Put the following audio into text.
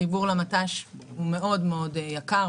החיבור למט"ש הוא מאוד מאוד יקר,